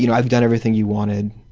you know i've done everything you wanted,